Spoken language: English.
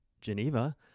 Geneva